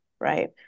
right